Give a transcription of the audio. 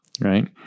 right